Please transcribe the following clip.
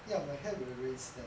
ya my hair will really stand